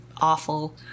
awful